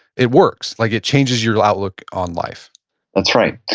it works. like it changes your outlook on life that's right.